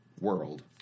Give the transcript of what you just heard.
world